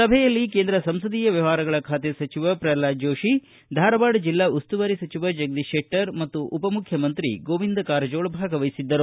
ಸಭೆಯಲ್ಲಿ ಕೇಂದ್ರ ಸಂಸದೀಯ ವ್ಯವಹಾರಗಳ ಖಾತೆ ಸಚಿವ ಪ್ರಲ್ವಾದ ಜೋಶಿ ಧಾರವಾಡ ಜಿಲ್ಲಾ ಉಸ್ತುವಾರಿ ಸಚಿವ ಜಗದೀತ ಶೆಟ್ಟರ ಮತ್ತು ಉಪ ಮುಖ್ಯಮಂತ್ರಿ ಗೋವಿಂದ ಕಾರಜೋಳ ಭಾಗವಹಿಸಿದ್ದರು